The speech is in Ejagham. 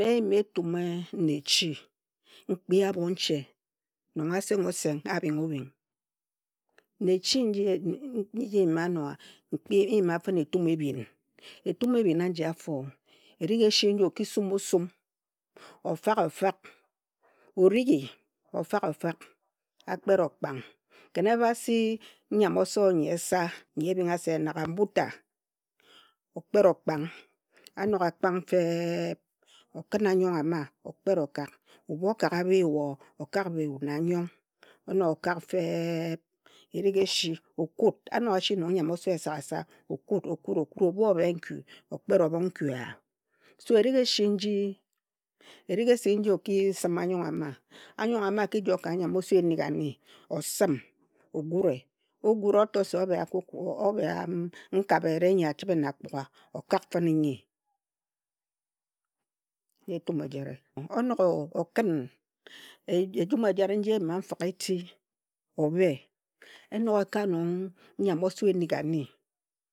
Mme nyima etum ne echi, nkpia abhonche nong asengha oseng abhinga obhing. Nne echi nji nyima enoe, nkpi nyima fine etum ebhin. Etum ebhin aji afo erig esi nji o ki sum o sum, o fak o fak, orighi, ofak ofak khin ebha si nyam oso nyi esa nyi ebingha se enaga mbuta, o kpet okpang, anog a kpang fe eb, okhin anyong a ma okpet okag. Ebhu okaga biyuo, okak biyu na anyong. Onog okak fe eb, erig eshi, o kut. Anogha si nong nyam oso esagasa okud okud okud, ebhu obhe nkui okpet obhong nkui eya. So erig eshi nji erig eshi nji o ki sim anyong ama, ayong ama a ki joe ka nyam oso enigani, osim, ogure. Ogure, oto se obhea koko o, obhea m nkab eyire nyi achibhe na akpugha okak fine nyi na etun ejire. Onog okhin e ejum ejire nji eyima mfihk eti, obhe. E nog eka nong nyam oso enigani